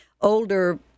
older